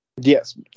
Yes